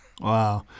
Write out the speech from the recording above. Wow